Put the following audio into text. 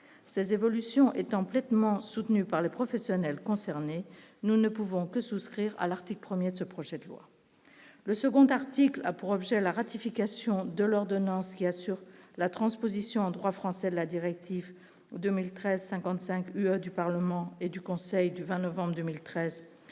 ces évolutions étant pleinement soutenue par les professionnels concernés, nous ne pouvons que souscrire à l'article 1er de ce projet de loi, le second article a pour objet la ratification de l'ordonnance qui assure la transposition en droit français la directive 2013, 55 du parlement et du Conseil du 20 novembre 2013